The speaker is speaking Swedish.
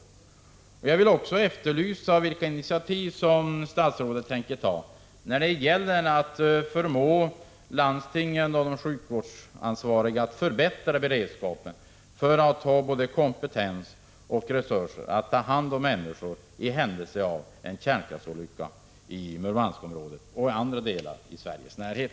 Vidare efterlyser jag ett svar på frågan om vilka initiativ som statsrådet tänker ta när det gäller att förmå landstingen och de sjukvårdsansvariga att förbättra beredskapen, så att man har både kompetens och resurser att ta hand om människor i händelse av en kärnkraftsolycka i Murmanskområdet eller i andra områden i Sveriges närhet.